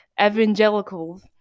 evangelicals